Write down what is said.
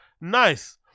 Nice